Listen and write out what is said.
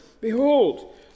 Behold